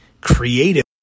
Creative